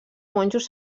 monjos